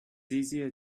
easier